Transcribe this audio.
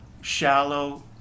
shallow